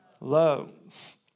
Love